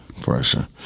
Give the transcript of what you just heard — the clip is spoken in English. pressure